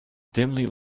dimly